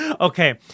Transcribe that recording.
Okay